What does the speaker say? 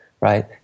right